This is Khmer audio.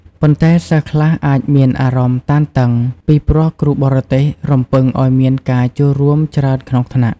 ប៉ុន្តែសិស្សខ្លះអាចមានអារម្មណ៍តានតឹង ពីព្រោះគ្រូបរទេសរំពឹងឲ្យមានការចូលរួមច្រើនក្នុងថ្នាក់។